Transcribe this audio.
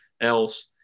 else